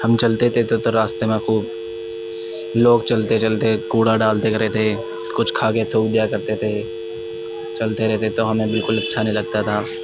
ہم چلتے تھے تو راستے میں خوب لوگ چلتے چلتے کوڑا ڈالتے کرے تھے کچھ کھاکے تھوک دیا کرتے تھے چلتے رہتے تو ہمیں بالکل اچھا نہیں لگتا تھا